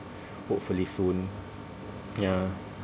hopefully soon ya